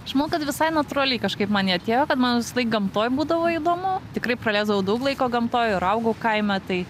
aš mau kad visai natūraliai kažkaip man jie atėjo kad man visąlaik gamtoj būdavo įdomu tikrai praleisdavau daug laiko gamtoj ir augau kaime tai